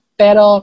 pero